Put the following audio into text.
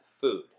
food